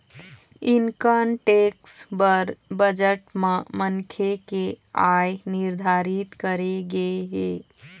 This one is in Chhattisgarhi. इनकन टेक्स बर बजट म मनखे के आय निरधारित करे गे हे